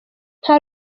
nta